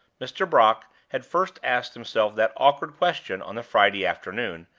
mr. brock had first asked himself that awkward question on the friday afternoon,